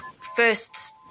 first